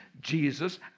Jesus